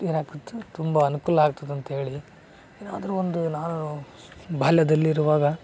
ಏನಾಗ್ತಿತ್ತು ತುಂಬ ಅನುಕೂಲ ಆಗ್ತದೆ ಅಂತೇಳಿ ಏನಾದರೂ ಒಂದು ನಾನು ಬಾಲ್ಯದಲ್ಲಿರುವಾಗ